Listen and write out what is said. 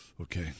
Okay